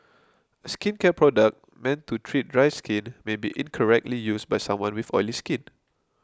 a skincare product meant to treat dry skin may be incorrectly used by someone with oily skin